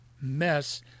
mess